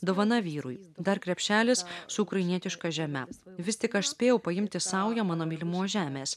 dovana vyrui dar krepšelis su ukrainietiška žeme vis tik aš spėjau paimti saują mano mylimos žemės